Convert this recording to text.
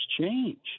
change